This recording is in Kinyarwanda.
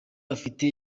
afite